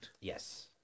Yes